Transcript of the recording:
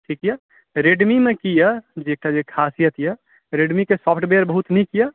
ठीक यए रेडमीमे की यए जे कनी खासियत यए रेडमीके सॉफ्टवेयर बहुत नीक यए